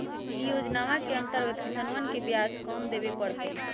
ई योजनवा के अंतर्गत किसनवन के ब्याज कम देवे पड़ तय